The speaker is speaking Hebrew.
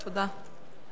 תודה.